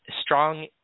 strong